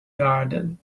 garden